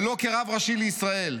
ולא כרב הראשי לישראל.